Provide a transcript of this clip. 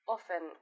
Often